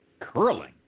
Curling